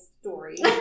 story